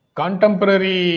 contemporary